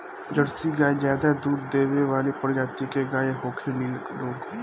Jersey गाय ज्यादे दूध देवे वाली प्रजाति के गाय होखेली लोग